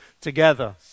together